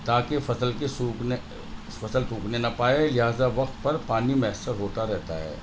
تاکہ فصل کے سوکھنے فصل سوکھنے نہ پایے لہٰذا وقت پر پانی میسر ہوتا رہتا ہے